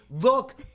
Look